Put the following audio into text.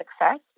success